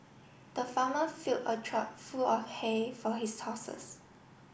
the farmer fill a trough full of hay for his horses